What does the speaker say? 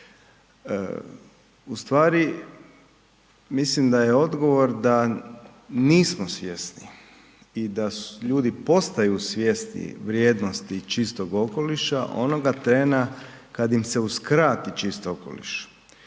Ustvari mislim da je odgovor da nismo svjesni i da ljudi postaju svjesniji vrijednosti čistoga okoliša, onoga trena kad im se uskrati čist okoliš